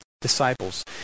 disciples